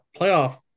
playoff